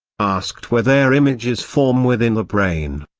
asked whether images form within the brain,